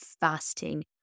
fasting